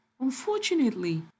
Unfortunately